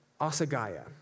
asagaya